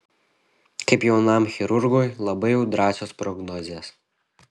kaip jaunam chirurgui labai jau drąsios prognozės